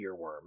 earworm